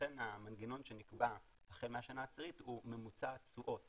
לכן המנגנון שנקבע החל מהשנה העשירית הוא ממוצע התשואות